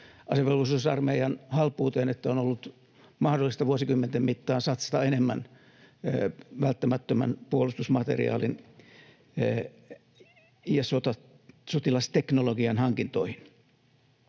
asevelvollisuusarmeijan halpuuteen, että on ollut mahdollista vuosikymmenten mittaan satsata enemmän välttämättömän puolustusmateriaalin ja sotilasteknologian hankintoihin.